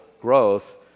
growth